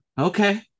Okay